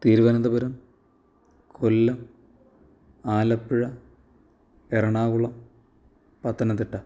Thiruvananthapuram Kollam Alappuzha Ernakulam Pathanamthitta